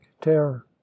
terror